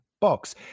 box